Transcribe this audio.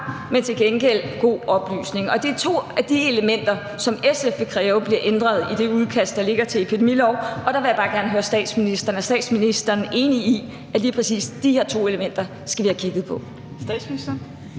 men til gengæld god oplysning. Det er to af de elementer, som SF vil kræve bliver ændret i det udkast, der ligger til epidemiloven, og der vil jeg bare gerne høre statsministeren, om statsministeren er enig i, at lige præcis de her to elementer skal vi have kigget på.